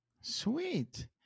Sweet